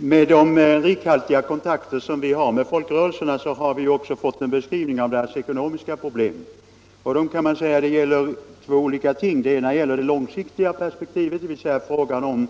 Herr talman! Genom våra rikhaltiga kontakter med folkrörelserna har vi också fått en beskrivning av deras ekonomiska problem. Det gäller två olika ting. För det första har vi det långsiktiga perspektivet, dvs. frågan om